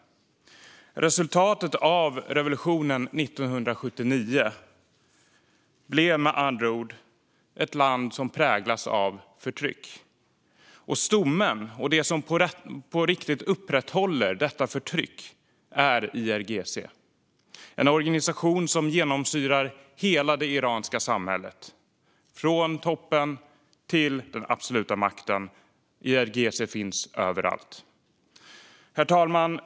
Resultatet av revolutionen 1979 blev med andra ord ett land som präglas av förtryck. Stommen och det som på riktigt upprätthåller detta förtryck är IRGC. Det är en organisation som genomsyrar hela det iranska samhället, från toppen till den absoluta makten. IRGC finns överallt. Herr talman!